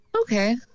Okay